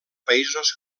països